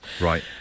Right